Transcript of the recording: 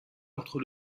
entre